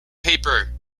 paper